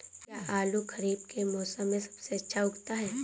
क्या आलू खरीफ के मौसम में सबसे अच्छा उगता है?